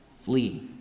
flee